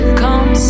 come